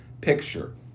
picture